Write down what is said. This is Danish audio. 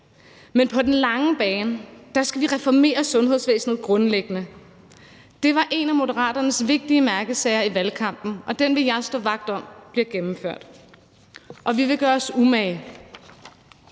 Men på den lange bane skal vi reformere sundhedsvæsenet grundlæggende. Det var en af Moderaternes vigtige mærkesager i valgkampen, og den vil jeg stå vagt om bliver gennemført – og vi vil gøre os umage.